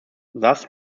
thus